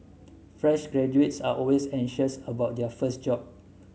fresh graduates are always anxious about their first job